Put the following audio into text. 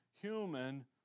human